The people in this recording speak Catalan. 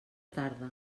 tarda